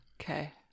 Okay